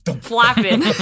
flapping